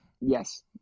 Yes